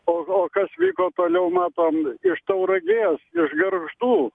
o kas vyko toliau matom iš tauragės iš gargždų